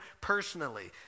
personally